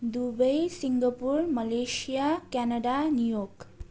Dubai Singapore Malaysia Canada New York